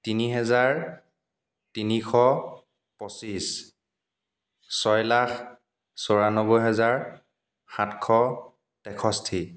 তিনি হেজাৰ তিনিশ পঁচিছ ছয় লাখ চৌৰান্নব্বৈ হাজাৰ সাতশ তেষষ্ঠি